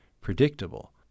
predictable